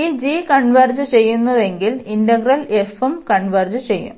ഈ g converge ചെയ്യുന്നുവെങ്കിൽ integral ഉം കൺവെർജ് ചെയ്യുo